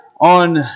on